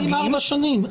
היה תקדים ארבע שנים.